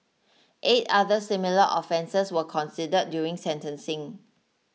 eight other similar offences were considered during sentencing